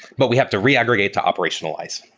but we have to re-aggregate to operationalize.